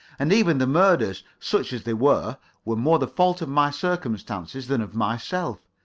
and even the murders such as they were were more the fault of my circumstances than of myself.